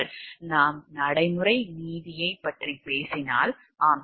நாம் நடைமுறை நீதியைப் பற்றி பேசினால் ஆம்